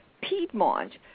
Piedmont